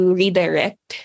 redirect